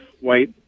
white